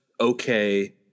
okay